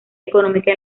económica